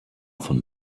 von